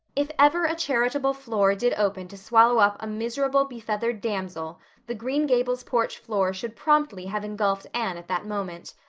if ever a charitable floor did open to swallow up a miserable, befeathered damsel the green gables porch floor should promptly have engulfed anne at that moment.